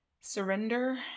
surrender